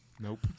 Nope